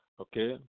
okay